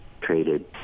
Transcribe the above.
traded